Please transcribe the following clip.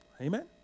Amen